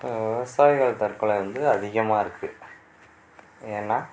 விவசாயிகள் தற்கொலை வந்து அதிகமாக இருக்கு ஏன்னா